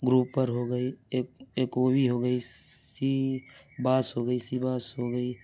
گروپر ہو گئی ایک ایک اووی ہو گئی سی باس ہو گئی سی باس ہو گئی